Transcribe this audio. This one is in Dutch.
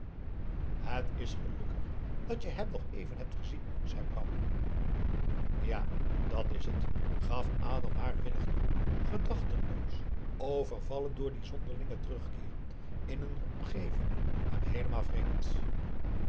het is gelukkig dat je hem nog even hebt gezien zei bram ja dat is het gaf adam maar willig toe gedachtenloos overvallen door dien zonderlingen terugkeer in een omgeving hem heelemaal vreemd